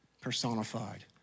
personified